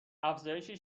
افزایشی